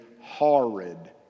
horrid